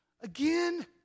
Again